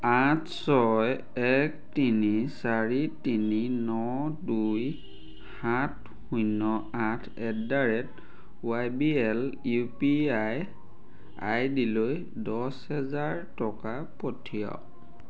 আঠ ছয় এক তিনি চাৰি তিনি ন দুই সাত শূন্য আঠ at the rate Y B L U P I I ডিলৈ দহ হেজাৰ টকা পঠিয়াওক